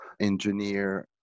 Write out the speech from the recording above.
engineer